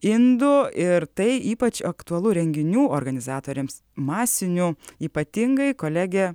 indų ir tai ypač aktualu renginių organizatoriams masinių ypatingai kolegė